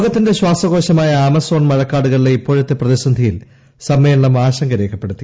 ലോകത്തിന്റെ ശ്വാസകോശമായ ആമസോൺ മഴക്കാടുകളിലെ ഇപ്പോഴത്തെ പ്രതിസന്ധിയിൽ സമ്മേളനം ആശങ്ക രേഖപ്പെടുത്തി